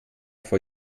vor